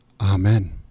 Amen